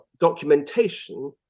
documentation